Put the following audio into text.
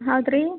ಹೌದು ರೀ